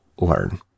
learn